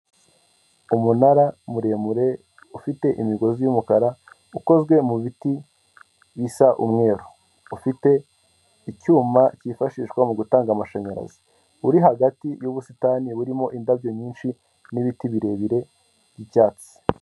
Umunara muremure ufite imigozi y'umukara ukozwe mu biti bisa umweru, ufite icyuma cyifashishwa mu gutanga amashanyarazi, uri hagati y'ubusitani burimo indabyo nyinshi n'ibiti birebire by'icyatsi.